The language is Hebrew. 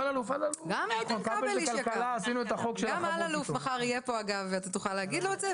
גם איתן כבל איש יקר וגם אלאלוף מחר יהיה פה ואתה תוכל להגיד לו את זה,